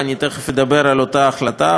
ואני תכף אדבר על אותה החלטה,